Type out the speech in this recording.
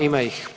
Ima ih